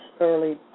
early